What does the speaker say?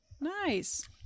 Nice